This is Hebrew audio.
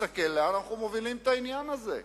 נסתכל לאן אנחנו מובילים את העניין הזה.